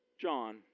John